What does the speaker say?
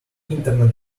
internet